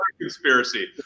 conspiracy